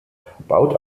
baut